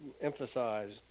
emphasize